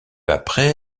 après